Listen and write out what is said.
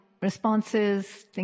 responses